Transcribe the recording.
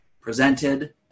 presented